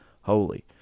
holy